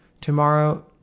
Tomorrow